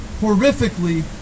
horrifically